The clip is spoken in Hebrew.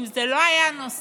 אם זה לא היה נושא